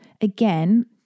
Again